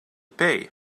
pay